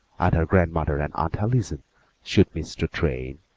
and her grandmother and aunt allison should miss the train,